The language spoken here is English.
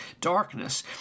darkness